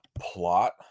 plot